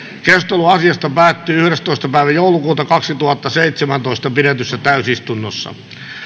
keskustelu asiasta päättyi yhdestoista kahdettatoista kaksituhattaseitsemäntoista pidetyssä täysistunnossa